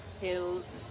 hills